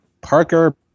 Parker